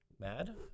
Mad